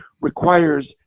requires